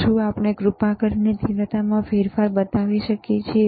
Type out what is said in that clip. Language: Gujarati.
તો શું આપણે કૃપા કરીને તીવ્રતામાં ફેરફાર બતાવી શકીએ